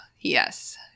yes